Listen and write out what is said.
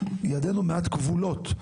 ידינו מעט כבולות.